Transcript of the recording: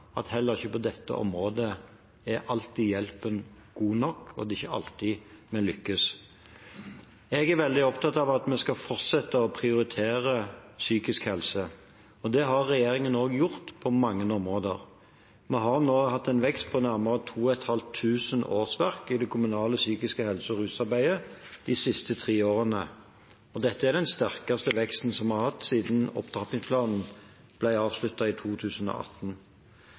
at heller ikke på dette området er hjelpen alltid god nok, og det er ikke alltid vi lykkes. Jeg er veldig opptatt av at vi skal fortsette å prioritere psykisk helse, og det har regjeringen også gjort på mange områder. Vi har nå hatt en vekst på nærmere 2 500 årsverk i det kommunale psykisk helse- og rusarbeidet de siste tre årene, og dette er den sterkeste veksten vi har hatt siden opptrappingsplanen ble avsluttet i 2018.